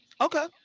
Okay